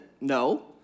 no